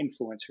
influencers